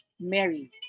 Mary